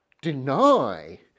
deny